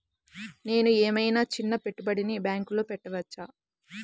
నేను ఏమయినా చిన్న పెట్టుబడిని బ్యాంక్లో పెట్టచ్చా?